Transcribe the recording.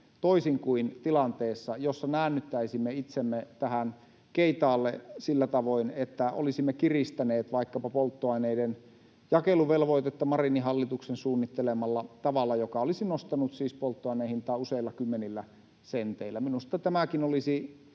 toisin kuin tilanteessa, jossa näännyttäisimme itsemme tähän keitaalle sillä tavoin, että olisimme kiristäneet vaikkapa polttoaineiden jakeluvelvoitetta Marinin hallituksen suunnittelemalla tavalla, joka olisi siis nostanut polttoaineen hintaa useilla kymmenillä senteillä. Minusta tämäkin olisi